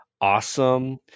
awesome